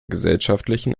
gesellschaftlichen